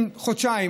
אם חודשיים,